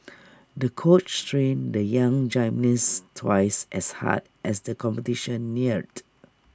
the coach trained the young gymnast twice as hard as the competition neared